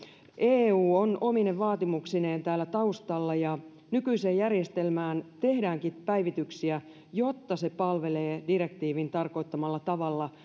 eu on omine vaatimuksineen täällä taustalla nykyiseen järjestelmään tehdäänkin päivityksiä jotta se palvelee direktiivin tarkoittamalla tavalla